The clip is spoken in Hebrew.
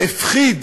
הפחיד